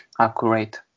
accurate